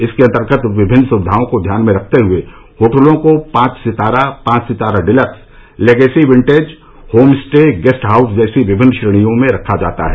इसके अंतर्गत विभिन्न सुविधाओं को ध्यान में रखते हुए होटलों को पांच सितारा पांच सितारा deluxe legacy vintage home stay guest house जैसी विभिन्न श्रेणियों में रखा जाता है